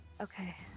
Okay